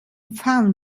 found